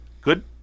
Good